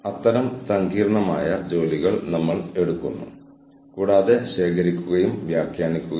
ഇത്തരത്തിലുള്ള ആശയക്കുഴപ്പം തീരുമാനങ്ങൾ എടുക്കുന്നവർക്കിടയിൽ സ്ഥിരത ഇല്ലെങ്കിൽ ഉണ്ടാകുന്നു